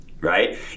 Right